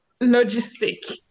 logistic